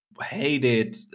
hated